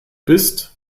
bist